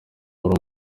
uri